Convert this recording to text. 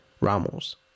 Ramos